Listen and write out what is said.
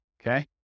Okay